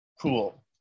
cool